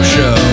Show